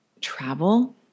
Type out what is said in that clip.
Travel